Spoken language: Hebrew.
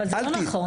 אבל זה לא נכון.